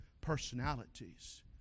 personalities